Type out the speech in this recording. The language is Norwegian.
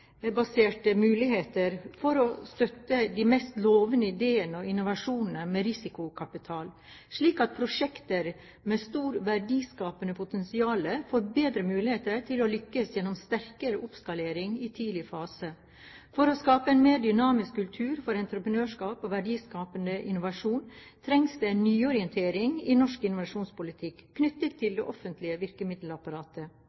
støtte de mest lovende ideene og innovasjonene med risikokapital, slik at prosjekter med et stort verdiskapende potensial får bedre muligheter til å lykkes gjennom en sterkere oppskalering i tidlig fase. For å skape en mer dynamisk kultur for entreprenørskap og verdiskapende innovasjon trengs det en nyorientering i norsk innovasjonspolitikk knyttet